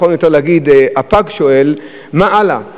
אולי הפג שואל: מה הלאה?